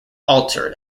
altered